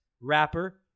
Rapper